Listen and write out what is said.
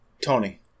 tony